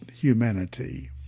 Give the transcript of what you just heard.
humanity